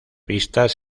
pistas